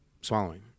swallowing